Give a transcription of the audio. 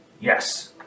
Yes